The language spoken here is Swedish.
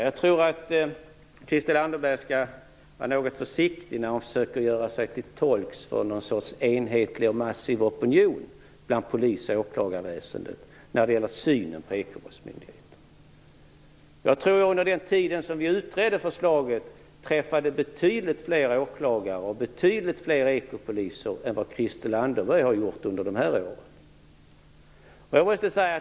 Jag tror att Christel Anderberg skall vara något försiktig när hon försöker göra sig till tolk för en sorts enhetlig och massiv opinion hos polis och åklagarväsendet när det gäller synen på ekobrottsmyndigheten. Jag tror att vi under den tid som vi utredde förslaget träffade betydligt fler åklagare och ekopoliser än vad Christel Anderberg under de här åren gjort.